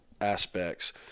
aspects